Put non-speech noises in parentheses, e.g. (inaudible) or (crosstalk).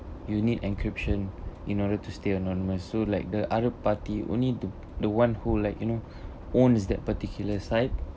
you need encryption in order to stay anonymous so like the other party only to the one who like you know (breath) owns that particular site